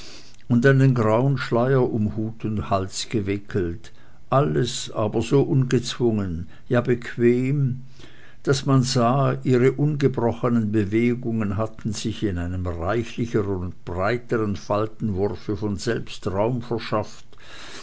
und einen grauen schleier um hut und hals gewickelt alles aber so ungezwungen ja bequem daß man sah ihre ungebrochenen bewegungen hatten sich in einem reichlichern und breitern faltenwurfe von selbst raum verschafft